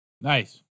nice